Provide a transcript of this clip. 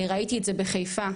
ראיתי את זה בחיפה,